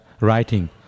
Writing